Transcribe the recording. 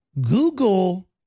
Google